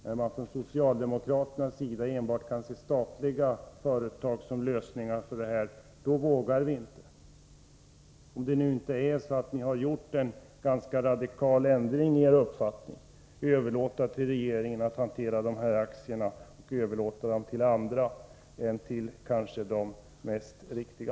När man från socialdemokraternas sida enbart kan se statliga företag som lösningen på detta problem vågar vi inte göra detta — om ni nu inte har gjort en ganska radikal ändring i er uppfattning, att överlåta till regeringen att hantera dessa aktier och överlåta dem till andra än till de mest riktiga.